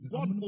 God